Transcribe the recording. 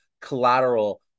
collateral